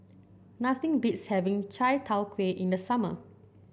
nothing beats having Chai Tow Kuay in the summer